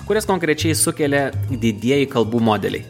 kurias konkrečiai sukelia didieji kalbų modeliai